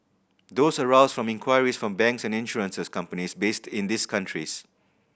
those arose from inquiries from banks and insurances companies based in these countries